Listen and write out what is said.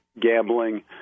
gambling